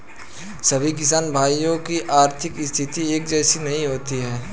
सभी किसान भाइयों की आर्थिक स्थिति एक जैसी नहीं होती है